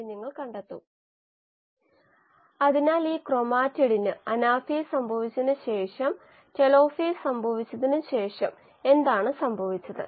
അവയിൽ ധാരാളം പ്രതികരണങ്ങൾ നടക്കുന്നു അവയിൽ ധാരാളം പ്രക്രിയകൾ നടക്കുന്നു ധാരാളം ജീനുകൾ പ്രോട്ടീനുകളിലേക്ക് പോകുന്നു അവയിൽ ഗതാഗതം നടക്കുന്നു ATP നിർമ്മിക്കുന്നു ATP ഉപയോഗിക്കുന്നു എല്ലാത്തരം കാര്യങ്ങളും സംഭവിക്കുന്നു